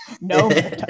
No